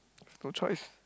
no choice